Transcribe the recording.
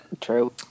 True